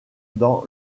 dans